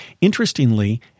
Interestingly